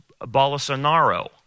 Bolsonaro